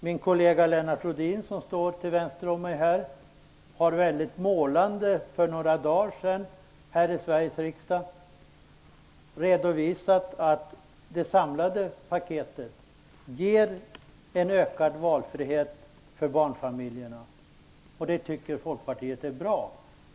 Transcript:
Min kollega Lennart Rohdin, som står här till vänster om mig, har för några dagar sedan här i Sveriges riksdag väldigt målande redovisat att det samlade paketet ger en ökad valfrihet för barnfamiljerna. Det tycker Folkpartiet är bra.